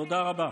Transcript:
תודה רבה.